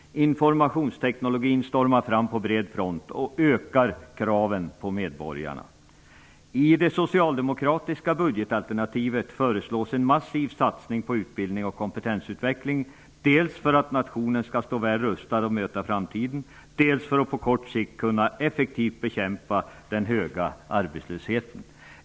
Informationsteknologin stormar fram på bred front och ökar kraven på medborgarna. I det socialdemokratiska budgetalternativet föreslås en massiv satsning på utbildning och kompetensutveckling, dels för att nationen skall stå väl rustad att möta framtiden, dels för att man på kort sikt effektivt skall kunna bekämpa den höga arbetslösheten.